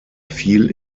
fiel